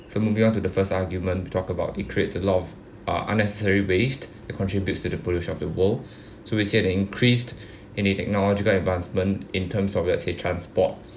so moving on to the first argument we talk about it creates a lot of uh unnecessary waste it contributes to the pollution of the world so we say that increased in a technological advancement in terms of say transport